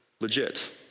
legit